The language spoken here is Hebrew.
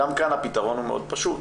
גם כאן הפתרון הוא מאוד פשוט,